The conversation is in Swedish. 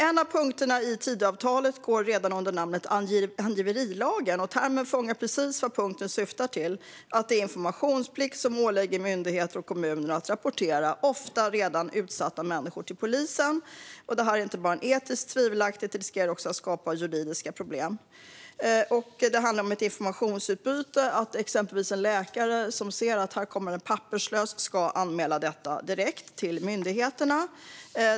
En av punkterna i Tidöavtalet har redan fått namnet angiverilagen, och termen fångar precis vad punkten syftar till: informationsplikt, det vill säga att det åligger myndigheter och kommuner att rapportera ofta redan utsatta människor till polisen. Detta är inte bara etiskt tvivelaktigt - det riskerar också att skapa juridiska problem. Det handlar om ett informationsutbyte. En läkare, exempelvis, som ser att det kommer en papperslös ska anmäla detta direkt till myndigheterna.